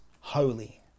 holy